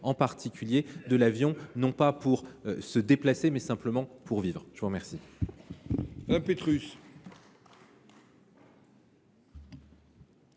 en particulier, de l’avion, non pas pour se déplacer, mais simplement pour vivre. La parole